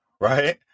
Right